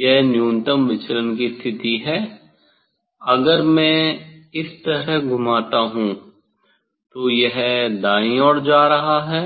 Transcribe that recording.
यह न्यूनतम विचलन स्थिति है अगर मैं इस तरह घुमाता हूं तो यह दाईं ओर जा रहा है